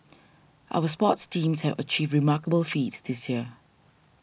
our sports teams have achieved remarkable feats this year